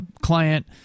client